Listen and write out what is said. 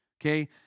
okay